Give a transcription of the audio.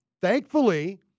thankfully